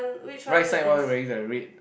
right side one wearing the red